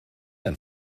denn